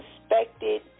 suspected